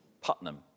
Putnam